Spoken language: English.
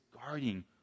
guarding